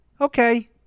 Okay